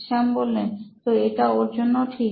শ্যাম তো এটা ওর জন্য ঠিক